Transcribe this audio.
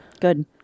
Good